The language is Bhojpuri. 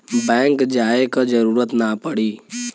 बैंक जाये क जरूरत ना पड़ी